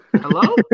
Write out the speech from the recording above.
Hello